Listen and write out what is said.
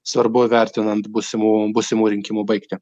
svarbu vertinant būsimų būsimų rinkimų baigtį